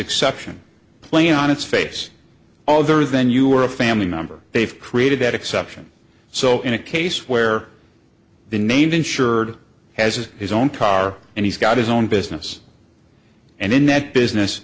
exception play on its face all there is then you are a family member they've created that exception so in a case where the name insured has his own car and he's got his own business and in that business